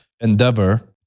Endeavor